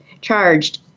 charged